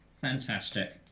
Fantastic